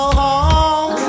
home